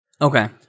Okay